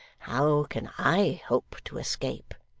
how can i hope to escape